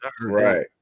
Right